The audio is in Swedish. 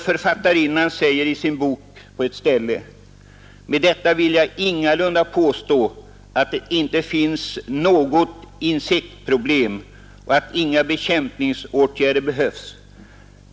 Författarinnan säger på ett ställe i sin bok: Med detta vill jag ingalunda påstå att det inte finns något insektsproblem och att inga bekämpningsåtgärder behövs.